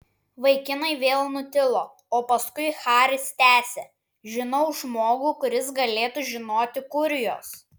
vaikinai vėl nutilo o paskui haris tęsė žinau žmogų kuris galėtų žinoti kur jos